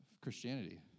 Christianity